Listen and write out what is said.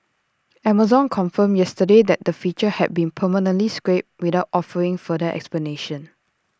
Amazon confirmed yesterday that the feature had been permanently scrapped without offering further explanation